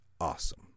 Awesome